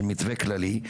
של מתווה כללי,